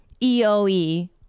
EOE